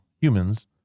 humans